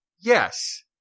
yes